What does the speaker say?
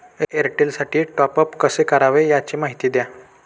एअरटेलसाठी टॉपअप कसे करावे? याची माहिती द्या